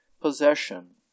possession